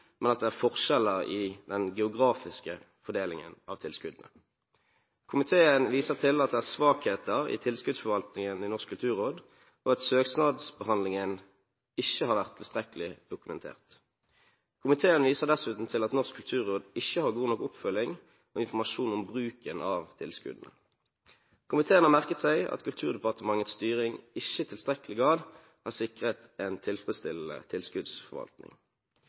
men at det er forskjeller i den geografiske fordelingen av tilskuddene. Komiteen viser til at det er svakheter i tilskuddsforvaltningen i Norsk kulturråd, og at søknadsbehandlingen ikke har vært tilstrekkelig dokumentert. Komiteen viser dessuten til at Norsk kulturråd ikke har god nok oppfølging og informasjon om bruken av tilskuddene. Komiteen har også merket seg at Kulturdepartementets styring ikke i tilstrekkelig grad har sikret en tilfredsstillende tilskuddsforvaltning.